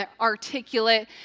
articulate